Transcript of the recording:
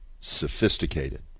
sophisticated